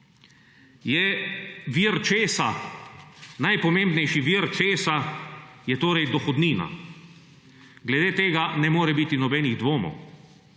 je vir – česa? Najpomembnejši vir je torej dohodnina. Glede tega ne more biti nobenih dvomov.